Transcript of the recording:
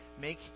make